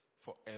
forever